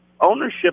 ownership